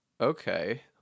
okay